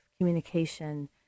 communication